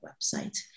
website